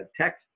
text